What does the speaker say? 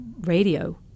radio